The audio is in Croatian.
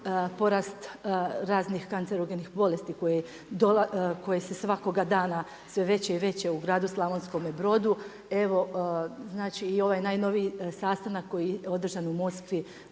porast raznih kancerogenih bolesti koji su svakoga dana sve veće i veće u gradu Slavonskome Brodu, evo znači i ovaj najnoviji sastanak koji je održan u Moskvi